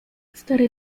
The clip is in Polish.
stary